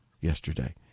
yesterday